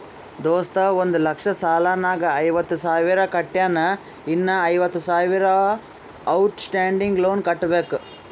ದೋಸ್ತ ಒಂದ್ ಲಕ್ಷ ಸಾಲ ನಾಗ್ ಐವತ್ತ ಸಾವಿರ ಕಟ್ಯಾನ್ ಇನ್ನಾ ಐವತ್ತ ಸಾವಿರ ಔಟ್ ಸ್ಟ್ಯಾಂಡಿಂಗ್ ಲೋನ್ ಕಟ್ಟಬೇಕ್